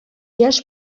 яшь